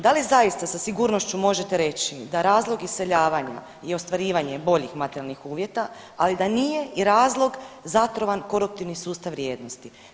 Da li zaista sa sigurnošću možete reći da razlog iseljavanja i ostvarivanje boljih materijalnih uvjeta, ali da nije i razlog zatrovan koruptivni sustav vrijednosti?